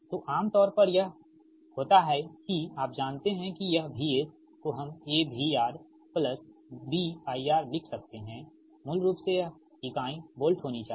तो आम तौर पर यह आम तौर पर होता है आप जानते हैं कि यह VS को हम AVR B IR लिख सकते हैं मूल रूप से यह इकाइयाँ वोल्ट होनी चाहिए